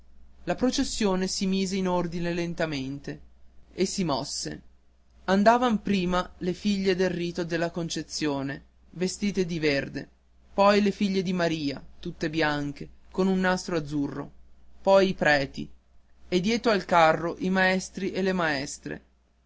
la processione si mise in ordine lentamente e si mosse andavan prime le figlie del ritiro della concezione vestite di verde poi le figlie di maria tutte bianche con un nastro azzurro poi i preti e dietro al carro i maestri e le maestre